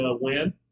win